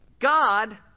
God